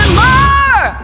more